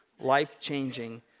life-changing